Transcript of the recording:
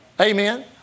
Amen